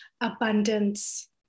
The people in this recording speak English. abundance